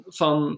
van